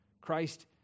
Christ